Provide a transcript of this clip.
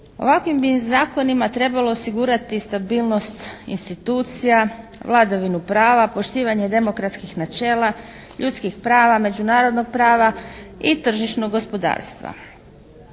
Ovakvim bi zakonima trebalo osigurati stabilnost institucija, vladavinu prava, poštivanje demokratskih načela, ljudskih prava, međunarodnog prava i tržišnog gospodarstva.